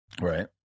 Right